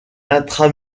intra